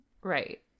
right